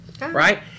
right